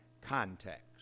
context